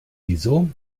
wieso